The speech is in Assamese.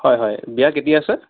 হয় হয় বিয়া কেতিয়া আছে